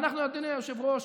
ואנחנו, אדוני היושב-ראש,